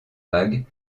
vague